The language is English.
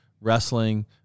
Wrestling